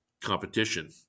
competition